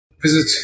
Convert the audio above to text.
visit